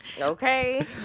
Okay